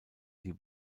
die